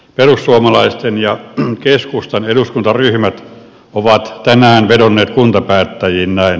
perussuomalaisten ja keskustan eduskuntaryhmät ovat tänään vedonneet kuntapäättäjiin näin